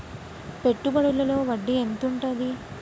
పెట్టుబడుల లో వడ్డీ ఎంత ఉంటది?